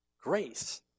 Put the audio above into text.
Grace